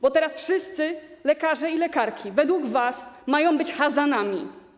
Bo teraz wszyscy lekarze i lekarki według was mają być Chazanami.